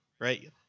right